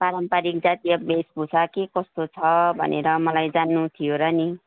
पारम्पारिक जातीय वेशभूषा के कस्तो छ भनेर मलाई जान्नु थियो र नि